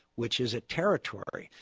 which is a territory.